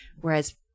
whereas